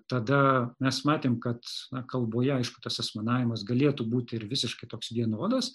tada mes matėm kad kalboje aišku tas asmenavimas galėtų būti ir visiškai toks vienodas